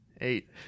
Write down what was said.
Eight